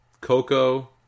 Coco